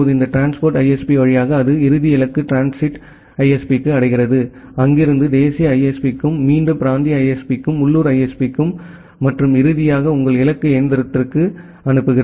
இப்போது இந்த transit ISP வழியாக அது இறுதி இலக்கு டிரான்ஸிட் ஐஎஸ்பிக்கு அடைகிறது அங்கிருந்து தேசிய ஐஎஸ்பிக்கு மீண்டும் பிராந்திய ஐஎஸ்பிக்கு உள்ளூர் ஐஎஸ்பிக்கு மற்றும் இறுதியாக உங்கள் இலக்கு இயந்திரத்திற்கு